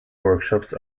workshops